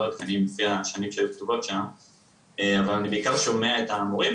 אני בעיקר שומע את המורים,